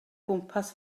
gwmpas